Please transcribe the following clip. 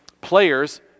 Players